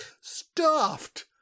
stuffed